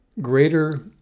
greater